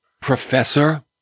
professor